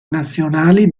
nazionali